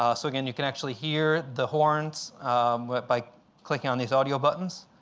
um so again, you can actually hear the horns by clicking on these audio buttons.